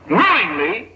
willingly